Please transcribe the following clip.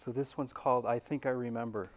so this one's called i think i remember